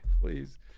please